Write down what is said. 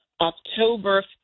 October